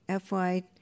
FY